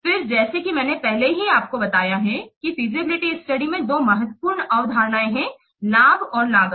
फिर जैसा कि मैंने पहले ही आपको बताया है कि फीजिबिलिटी स्टडी में दो महत्वपूर्ण अवधारणाएं हैं लाभ और लागत